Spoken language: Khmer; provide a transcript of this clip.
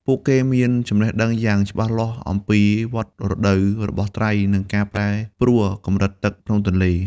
ពួកគេមានចំណេះដឹងយ៉ាងច្បាស់លាស់អំពី វដ្តរដូវ របស់ត្រី និងការប្រែប្រួលកម្រិតទឹកក្នុងទន្លេ។